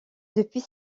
depuis